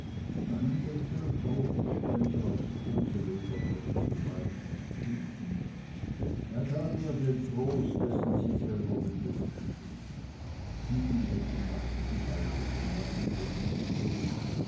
einen bessern trostspender als koseleger konnte sie freilich nicht finden er gab ihr den trost dessen er selber bedürftig ist im übrigen mag sie sich aufrichten lassen von wem sie will